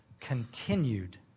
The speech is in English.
continued